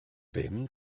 bum